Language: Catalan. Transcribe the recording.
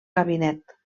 gabinet